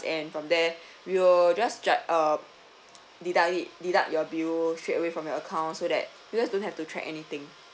and from there we will just ju~ uh deduct it deduct your bill straight away from your account so that you just don't have to track anything